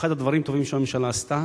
אחד הדברים הטובים שהממשלה עשתה